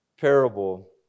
parable